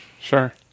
Sure